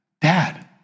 dad